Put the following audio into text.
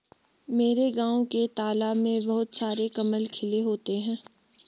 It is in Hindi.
मेरे गांव के तालाब में बहुत सारे कमल खिले होते हैं